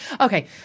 Okay